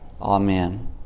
Amen